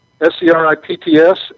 S-C-R-I-P-T-S